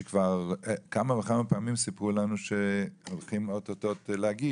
שכבר כמה וכמה פעמים סיפרו לנו שהולכים להגיש אוטוטו.